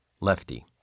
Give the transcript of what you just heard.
Lefty